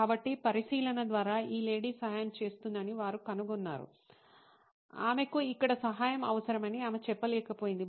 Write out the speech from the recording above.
కాబట్టి పరిశీలన ద్వారా ఈ లేడీ సహాయం చేస్తుందని వారు కనుగొన్నారు ఆమెకు ఇక్కడ సహాయం అవసరమని ఆమె చెప్పలేకపోయింది